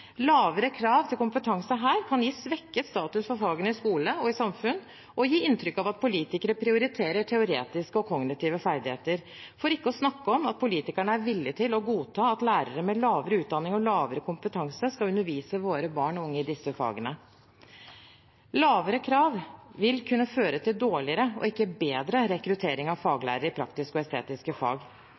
Lavere krav til kompetanse her kan gi svekket status for fagene i skole og i samfunn og gi inntrykk av at politikerne prioriterer teoretiske og kognitive ferdigheter, for ikke å snakke om at politikerne er villige til å godta at lærere med lavere utdanning og lavere kompetanse skal undervise våre barn og unge i disse fagene. Lavere krav vil kunne føre til dårligere, og ikke bedre, rekruttering av faglærere til praktiske og estetiske fag.